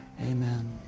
amen